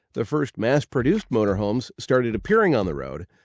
the first mass-produced motorhomes started appearing on the road,